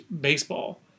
baseball